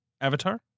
Avatar